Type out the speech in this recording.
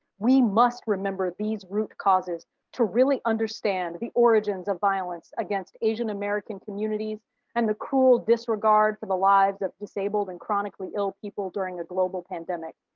we must remember these root causes to really understand the origins of violence against asian american communities and the cruel disregard for the lives of disabled and chronically ill people during the global pandemic,